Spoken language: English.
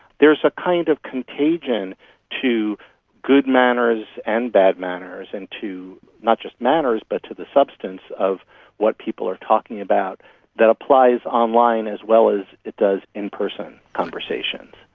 there's a kind of contagion to good manners and bad manners and to not just manners but to the substance of what people are talking about that applies online as well as it does in-person conversations.